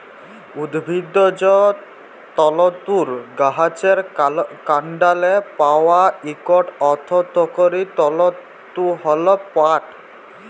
উদ্ভিজ্জ তলতুর গাহাচের কাল্ডলে পাউয়া ইকট অথ্থকারি তলতু হ্যল পাট